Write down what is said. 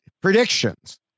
Predictions